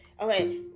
Okay